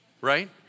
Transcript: right